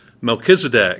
Melchizedek